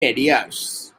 areas